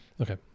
okay